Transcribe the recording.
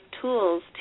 tools